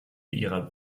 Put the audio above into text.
ihrer